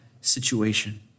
situation